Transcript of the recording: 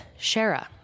shara